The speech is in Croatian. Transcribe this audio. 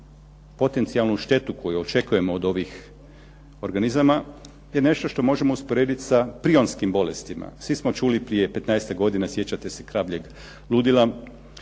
potencijalnu štetu koju očekujemo od ovih organizama, je nešto što možemo usporediti sa prionskim bolestima. Svi smo čuli prije petnaestak godina sjećate se "Kravljeg ludila".